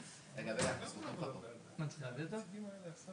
רציתי להגיד נקודה אחת שהיא